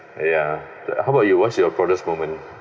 ya how about you what's your proudest moment